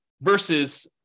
versus